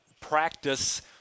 practice